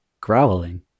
growling